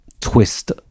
twist